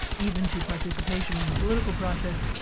even to participation in the political process,